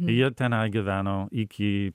jie tenai gyveno iki